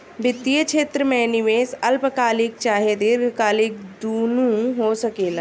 वित्तीय क्षेत्र में निवेश अल्पकालिक चाहे दीर्घकालिक दुनु हो सकेला